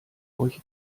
euch